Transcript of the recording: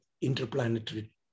interplanetary